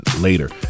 later